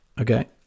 Okay